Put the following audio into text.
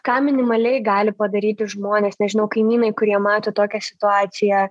ką minimaliai gali padaryti žmonės nežinau kaimynai kurie mato tokią situaciją